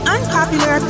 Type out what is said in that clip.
Unpopular